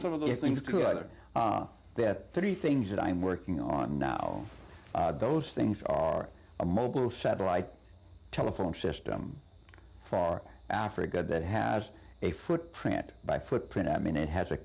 some of the things to either that three things that i'm working on now those things are a mobile satellite telephone system for our africa that has a footprint by footprint i mean it has a